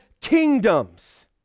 kingdoms